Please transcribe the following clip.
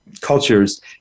cultures